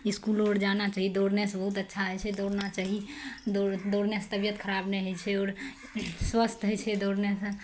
इसकुलो आओर जाना चाही दौड़नेसँ बहुत अच्छा होइ छै दौड़ना चाही दौड़ दौड़नेसँ तबियत खराब नहि होइ छै आओर स्वस्थ होइ छै दौड़नेसँ